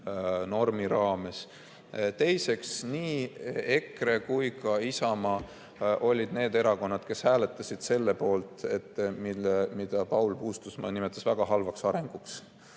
üldnormi raames. Teiseks, nii EKRE kui ka Isamaa olid need erakonnad, kes hääletasid selle poolt, mida Paul Puustusmaa nimetas väga halvaks arenguks.